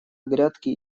грядке